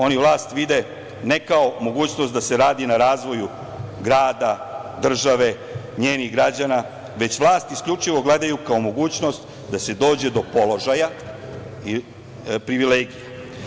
Oni vlast vide ne kao mogućnost da se radi na razvoju grada, države, njenih građana, već vlast isključivo gledaju kao mogućnost da se dođe do položaja i privilegija.